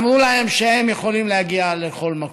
ואמרו להם שהם יכולים להגיע לכל מקום,